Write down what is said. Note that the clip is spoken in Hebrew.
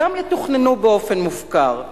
הקרקעות האלה גם יתוכננו באופן מופקר: